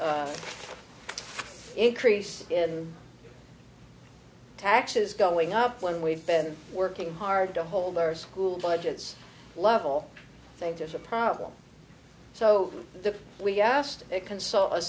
r increase in taxes going up when we've been working hard to hold our school budgets level think there's a problem so the we asked a console a